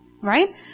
Right